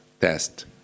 test